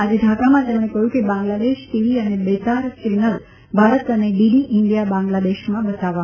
આજે ઢાકામાં તેમણે કહયું કે બાંગ્લાદેશ ટીવી અને બેતાર ચેનલ ભારત અને ડીડી ઈન્ડીયા બાંગ્લાદેશમાં બતાવવામાં આવશે